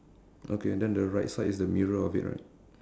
okay then the right side is the mirror of it right